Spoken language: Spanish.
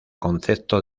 concepto